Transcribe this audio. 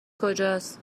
کجاست